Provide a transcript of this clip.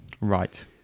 Right